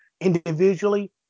individually